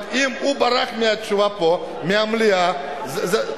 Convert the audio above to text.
אבל אם הוא ברח מתשובה פה, מהמליאה, זה,